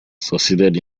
succeeded